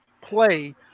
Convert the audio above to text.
play